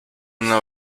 una